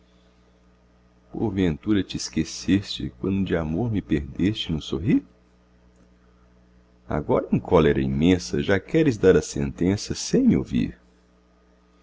por ventura te esqueceste quando de amor me perdeste num sorrir agora em cólera imensa já queres dar a sentença sem me ouvir